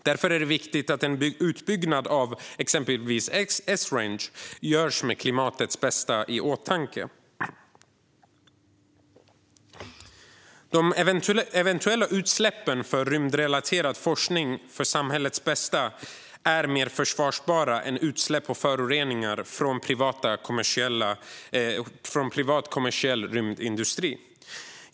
Därför är det viktigt att en utbyggnad av exempelvis Esrange görs med klimatets bästa i åtanke. De eventuella utsläppen från rymdrelaterad forskning för samhällets bästa är mer försvarbara än utsläpp och föroreningar från privat kommersiell rymdindustri.